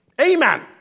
Amen